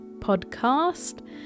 podcast